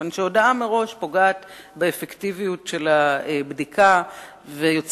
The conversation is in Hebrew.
משום שהודעה מראש פוגעת באפקטיביות של הבדיקה ויוצרת